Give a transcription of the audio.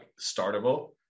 startable